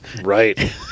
Right